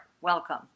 Welcome